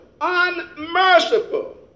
unmerciful